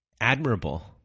admirable